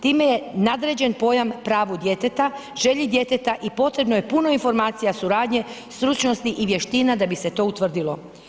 Time je nadređen pojam pravu djeteta, želji djeteta i potrebno je puno informacija suradnje, stručnosti i vještina da bi se to utvrdilo.